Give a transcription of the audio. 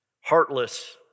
heartless